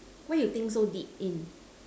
why you think so deep in